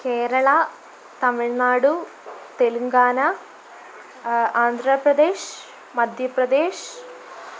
Kerala Tamil Nadu Telangana Andhra Pradesh Madhya Pradesh